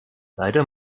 leider